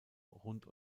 rund